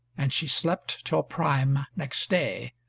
and she slept till prime next day,